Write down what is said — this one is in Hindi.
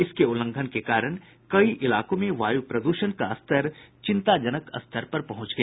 इसके उल्लंघन के कारण कई इलाकों में वायु प्रद्षण का स्तर चिंताजनक स्थिति में पहुंच गया